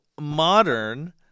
modern